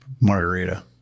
Margarita